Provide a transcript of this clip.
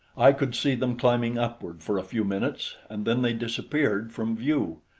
i could see them climbing upward for a few minutes, and then they disappeared from view.